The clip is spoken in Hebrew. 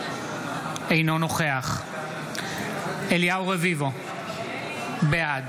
אינו נוכח אליהו רביבו, בעד